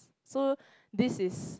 so this is